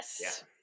Yes